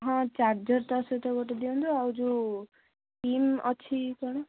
ହଁ ଚାର୍ଜର ତା ସହିତ ଗୋଟେ ଦିଅନ୍ତୁ ଆଉ ଯେଉଁ ସିମ୍ ଅଛି କ'ଣ